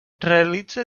realitza